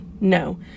no